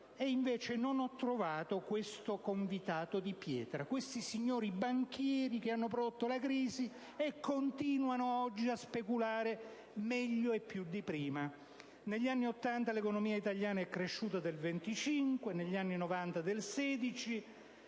ma non ho trovato questo «convitato di pietra», questi signori banchieri che hanno prodotto la crisi e che continuano oggi a speculare meglio e più di prima. Negli anni '80 l'economia italiana è cresciuta del 25 per cento, negli anni '90 del 16